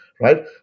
right